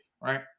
right